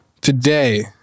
Today